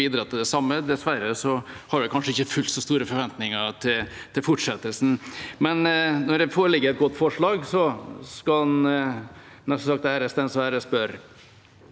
Dessverre har jeg kanskje ikke fullt så store forventninger til fortsettelsen. Men når det foreligger et godt forslag, skal den æres den